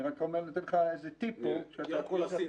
יוסי,